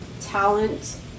talent